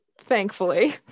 Thankfully